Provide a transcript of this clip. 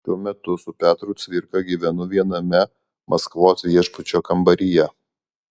šiuo metu su petru cvirka gyvenu viename maskvos viešbučio kambaryje